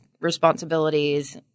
responsibilities